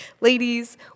Ladies